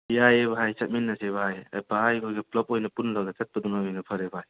ꯌꯥꯏꯌꯦ ꯚꯥꯏ ꯆꯠꯃꯤꯟꯅꯁꯦ ꯚꯥꯏ ꯚꯥꯏ ꯍꯣꯏꯒ ꯄꯨꯂꯞ ꯑꯣꯏꯅ ꯄꯨꯜꯂꯒ ꯆꯠꯄꯗꯨꯅꯕꯨ ꯍꯦꯟꯅ ꯐꯔꯦ ꯚꯥꯏ